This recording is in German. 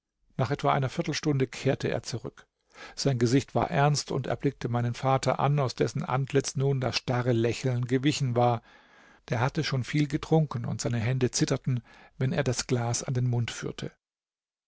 nach etwa einer viertelstunde kehrte er zurück sein gesicht war ernst und er blickte meinen vater an aus dessen antlitz nun das starre lächeln gewichen war der hatte schon viel getrunken und seine hände zitterten wenn er das glas an den mund führte